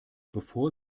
bevor